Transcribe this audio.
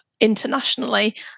internationally